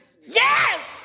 Yes